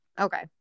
Okay